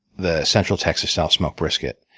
the central texas south smoked brisket.